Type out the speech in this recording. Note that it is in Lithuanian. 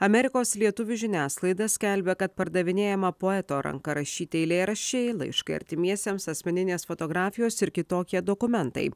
amerikos lietuvių žiniasklaida skelbė kad pardavinėjama poeto ranka rašyti eilėraščiai laiškai artimiesiems asmeninės fotografijos ir kitokie dokumentai